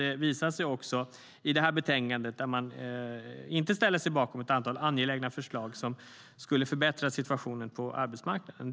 Det visar sig också i det här betänkandet, där man inte ställer sig bakom ett antal angelägna förslag som skulle förbättra situationen på arbetsmarknaden.